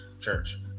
church